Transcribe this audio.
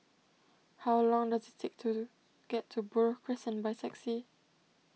how long does it take to get to Buroh Crescent by taxi